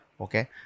Okay